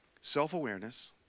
self-awareness